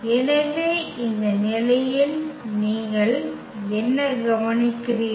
எனவே இந்த நிலையில் நீங்கள் என்ன கவனிக்கிறீர்கள்